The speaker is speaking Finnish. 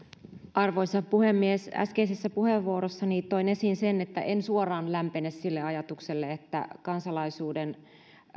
arvoisa puhemies äskeisessä puheenvuorossani toin esiin sen että en suoraan lämpene sille ajatukselle että kansalaisuuden